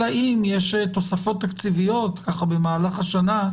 אלא אם יש תוספות תקציביות במהלך השנה,